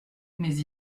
mais